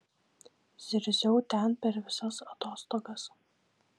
zirziau ten per visas atostogas